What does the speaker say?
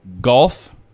golf